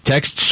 Text